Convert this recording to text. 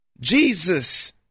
Jesus